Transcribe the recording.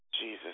Jesus